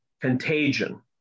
contagion